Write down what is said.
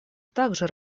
также